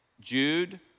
Jude